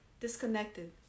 disconnected